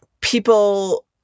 people